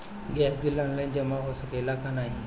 Gas bill online जमा हो सकेला का नाहीं?